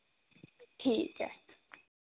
ठीक ऐ